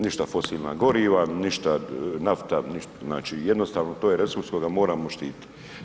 Ništa fosilna goriva, ništa nafta, znači jednostavno to je resurs kojega moramo štititi.